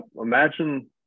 imagine